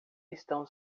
estão